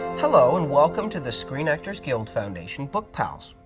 hello, and welcome to the screen actors guild foundation bookpals.